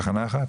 תחנה אחת?